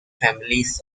families